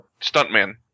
stuntman